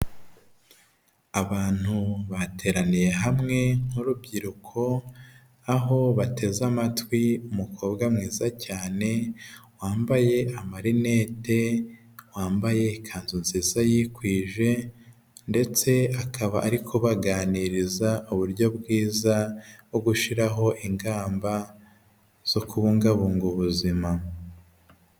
Abantu bateraniye hamwe n'urubyiruko aho bateze amatwi umukobwa mwiza cyane, wambaye amarinete, wambaye ikanzu nziza yikwije ndetse akaba ari kubaganiriza uburyo bwiza bwo gushyiraho ingamba zo kubungabunga ubuzima.